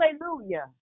Hallelujah